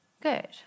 Good